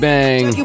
Bang